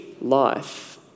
life